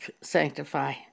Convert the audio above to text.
sanctify